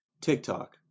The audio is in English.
TikTok